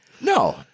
no